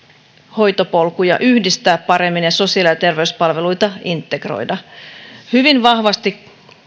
hoitopolkuja yhdistää paremmin ja sosiaali ja terveyspalveluita integroida hyvin vahvasti